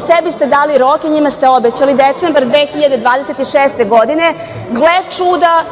sebi ste dali rok i njima ste obećali da decembar 2026.godine. Gle čuda,